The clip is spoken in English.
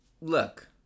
Look